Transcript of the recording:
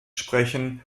sprechen